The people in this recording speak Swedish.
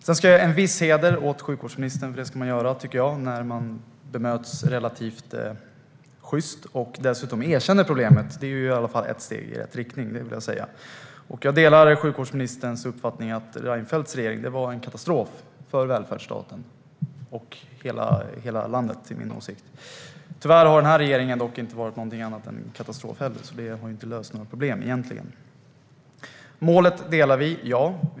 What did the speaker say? Jag ska ge en viss heder åt sjukvårdsministern - det ska man göra, tycker jag - för att han bemöter mig relativt sjyst och dessutom erkänner problemet. Det är i alla fall ett steg i rätt riktning. Jag delar sjukvårdsministerns uppfattning att Reinfeldts regering var en katastrof för välfärdsstaten - för övrigt för hela landet, enligt min åsikt. Tyvärr har den här regeringen dock inte varit något annat än en katastrof heller, så maktskiftet har egentligen inte löst några problem. Vad gäller målet delar vi uppfattning.